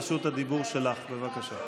רשות הדיבור שלך,